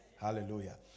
Hallelujah